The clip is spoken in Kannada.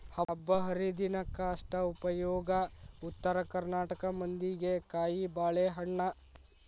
ಹಬ್ಬಾಹರಿದಿನಕ್ಕ ಅಷ್ಟ ಉಪಯೋಗ ಉತ್ತರ ಕರ್ನಾಟಕ ಮಂದಿಗೆ ಕಾಯಿಬಾಳೇಹಣ್ಣ